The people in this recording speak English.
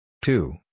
Two